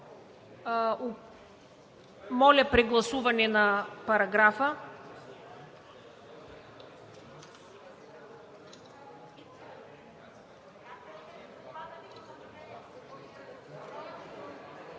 Моля за прегласуване на параграфа.